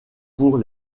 pour